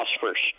first